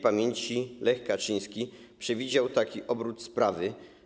Śp. Lech Kaczyński przewidział taki obrót sprawy.